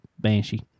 Banshee